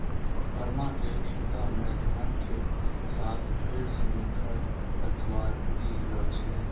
परमा कॅ खेतो मॅ धान के साथॅ ढेर सिनि खर पतवार उगी गेलो छेलै